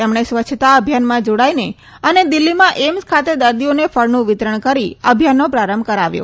તેમણે સ્વચ્છતા અભિયાનમાં જાડાઈને અને દિલ્હીમાં એઈમ્સ ખાતે દર્દીઓને ફળનું વિતરણ કરી અભિયાનનો પ્રારંભ કરાવ્યો